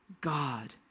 God